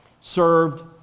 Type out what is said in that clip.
served